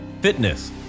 fitness